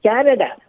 Canada